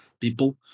people